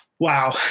wow